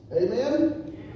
Amen